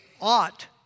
ought